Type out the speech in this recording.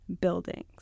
buildings